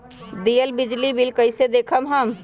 दियल बिजली बिल कइसे देखम हम?